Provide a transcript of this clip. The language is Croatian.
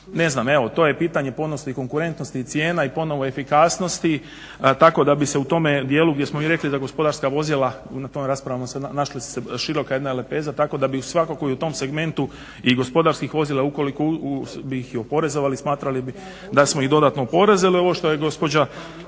ne znam evo to je pitanje …/Ne razumije se./… konkurentnosti cijena i ponovno efikasnosti tako da bi se u tome dijelu gdje smo mi rekli da gospodarska vozila …/Ne razumije se./… našle su se široka jedna lepeza tako da bi svakako i u tom segmentu i gospodarskih vozila ukoliko bi ih oporezovali smatrali bi da smo ih dodatno oporezovali, ovo što je gospođa